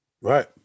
right